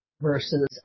versus